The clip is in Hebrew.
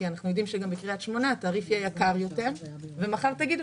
כי אנחנו יודעים שבקרית שמונה התעריף יהיה יקר יותר ומחר תגידו